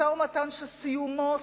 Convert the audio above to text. משא-ומתן שסיומו,